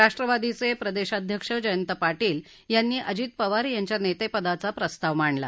राष्ट्रवादीचे प्रदेशाध्यक्ष जयंत पाटील यांनी अजित पवार यांच्या नेतेपदाचा प्रस्ताव माडला